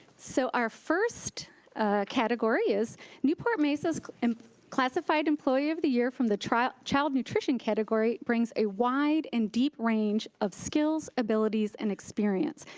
so our first category is newport-mesa's um classified employee of the year from the child child nutrition category brings a wide and deep range of skills, abilities, and experience,